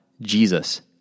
Jesus